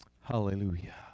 Hallelujah